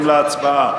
להצבעה